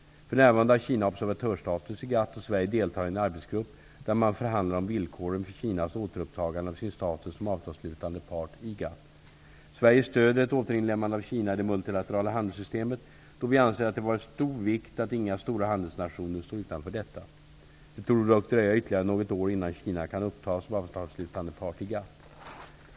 För närvarande har Kina observatörsstatus i GATT, och Sverige deltar i en arbetsgrupp där man förhandlar villkoren för Kinas återupptagande av sin status som avtalsslutande part i GATT. Sverige stödjer ett återinlemmande av Kina i det multilaterala handelssystemet, då vi anser det av stor vikt att inga stora handelsnationer står utanför detta. Det torde dock dröja ytterligare något år innan Kina kan upptas som avtalsslutande part i GATT.